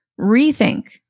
rethink